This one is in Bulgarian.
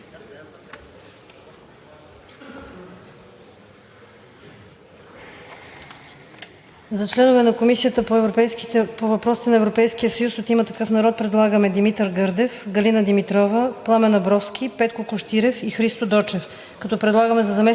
За членове на Комисията по въпросите на Европейския съюз от „Има такъв народ“ предлагаме Димитър Гърдев, Галина Димитрова, Пламен Абровски, Петко Кущирев и Христо Дочев,